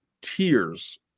tears